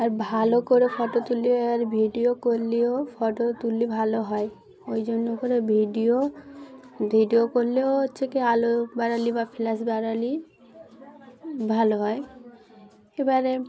আর ভালো করে ফটো তুললে আর ভিডিও করলেও ফটো তুললে ভালো হয় ওই জন্য করে ভিডিও ভিডিও করলেও হচ্ছে কি আলো বাড়ালে বা ফ্ল্যাশ বাড়ালে ভালো হয় এবারে